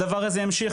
הדבר הזה ימשיך.